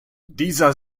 dieser